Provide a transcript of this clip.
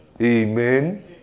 Amen